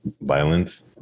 violence